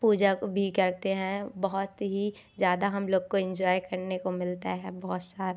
पूजा को भी करते हैं बहुत ही ज़्यादा हम लोग को इन्जॉय करने को मिलता है बहुत सा